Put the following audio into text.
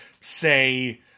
say